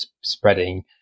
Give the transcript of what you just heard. spreading